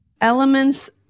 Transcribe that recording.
elements